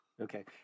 Okay